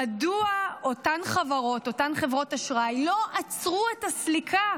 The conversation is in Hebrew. מדוע אותן חברות אשראי לא עצרו את הסליקה